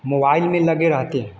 mobile में लगे रहते हैं